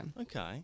okay